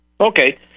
Okay